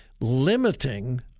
limiting